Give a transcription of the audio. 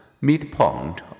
midpoint